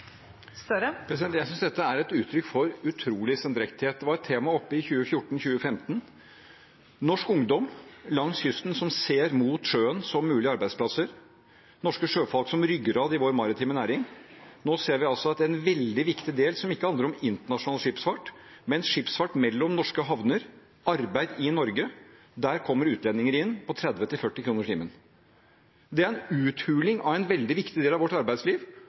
Jeg synes dette er et uttrykk for utrolig sendrektighet. Det var et tema som var oppe i 2014–2015, norsk ungdom langs kysten som ser sjøen som sin mulige arbeidsplass, norske sjøfolk som ryggrad i vår maritime næring. Nå ser vi i en veldig viktig del som ikke handler om internasjonal skipsfart, men i skipsfart mellom norske havner, arbeid i Norge, kommer det utlendinger inn på 30–40 kr per time. Det er en uthuling av en veldig viktig del av vårt arbeidsliv,